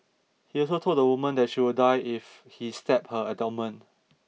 he also told the woman that she would die if he stabbed her abdomen